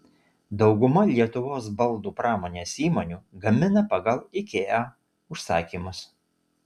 dauguma lietuvos baldų pramonės įmonių gamina pagal ikea užsakymus